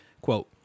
quote